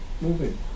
moving